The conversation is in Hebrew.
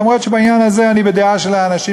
גם אם בעניין הזה אני בדעה של האנשים